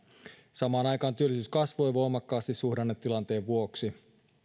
samaan aikaan työllisyys kasvoi voimakkaasti suhdannetilanteen vuoksi